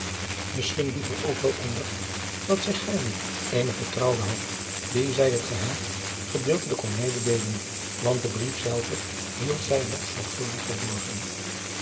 isschien lieper ook wel onder dat zij gaarne eene vertrouwde had die zij het geheim gedeeltelijk kon mededeelen want den brief zelven hield zij nog zorgvuldig verborgen